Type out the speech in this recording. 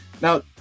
Now